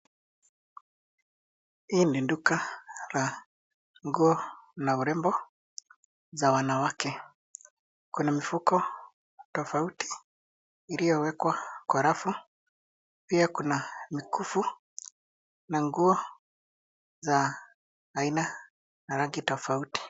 Hii ni duka la nguo na urembo za wanawake. Kuna mifuko tofauti iliyowekwa kwa rafu. Pia kuna mikufu na nguo za aina na rangi tofauti.